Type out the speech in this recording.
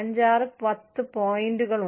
5 6 10 പോയിന്ററുകൾ